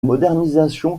modernisation